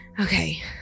Okay